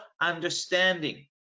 understanding